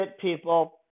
people